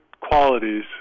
qualities